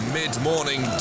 mid-morning